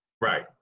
Right